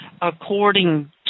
According